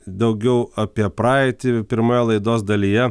daugiau apie praeitį pirmoje laidos dalyje